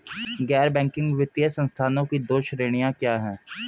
गैर बैंकिंग वित्तीय संस्थानों की दो श्रेणियाँ क्या हैं?